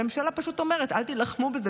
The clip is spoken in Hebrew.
הממשלה פשוט אומרת: אל תילחמו בזה.